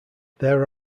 there